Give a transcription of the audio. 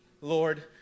Lord